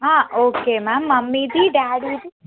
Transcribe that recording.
ఆ okay ma'am మమ్మీది డాడిది